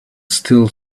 still